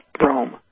Rome